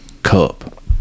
Cup